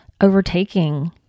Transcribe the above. overtaking